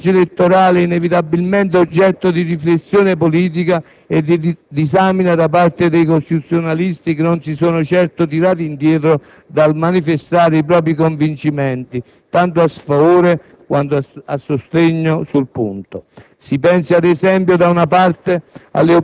L'ammissibilità del *referendum* sulla legge elettorale è inevitabilmente oggetto di riflessione politica e di disamina da parte di costituzionalisti che non si sono certo tirati indietro dal manifestare i propri convincimenti, tanto a sfavore quanto a sostegno, sul punto.